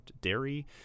dairy